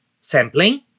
sampling